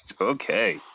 Okay